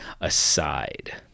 aside